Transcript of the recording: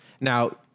Now